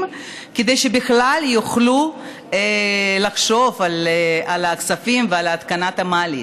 כדי שבכלל יוכלו לחשוב על הכספים ועל התקנת המעלית.